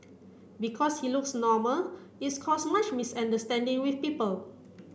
because he looks normal it's caused much misunderstanding with people